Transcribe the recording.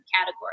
category